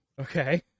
okay